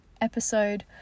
episode